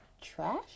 trash